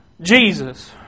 Jesus